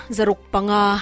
Zarukpanga